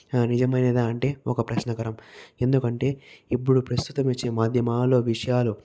నిజమైనదా అంటే ఒక ప్రశ్నార్హం ఎందుకంటే ఇప్పుడు ప్రస్తుతం వచ్చే మాధ్యమాలలో విషయాలు